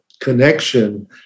connection